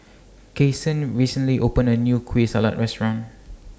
Kasen recently opened A New Kueh Salat Restaurant